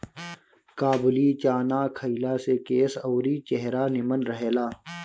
काबुली चाना खइला से केस अउरी चेहरा निमन रहेला